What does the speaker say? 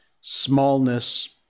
smallness